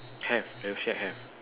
have the shirt have